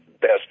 best